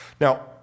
Now